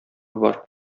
бар